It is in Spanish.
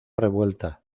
revuelta